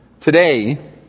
Today